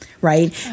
Right